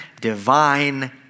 divine